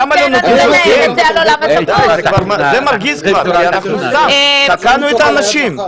כשאימא שלי הייתה מענישה אותי היא הייתה אומרת לי שיש סיבה לעונש.